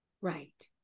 right